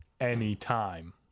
anytime